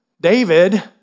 David